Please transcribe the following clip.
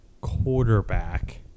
quarterback